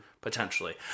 Potentially